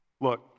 Look